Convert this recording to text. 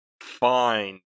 Fine